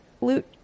Loot